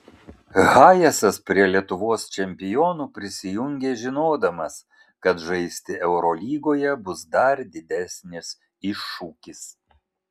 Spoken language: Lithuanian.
hayesas prie lietuvos čempionų prisijungė žinodamas kad žaisti eurolygoje bus dar didesnis iššūkis